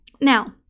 Now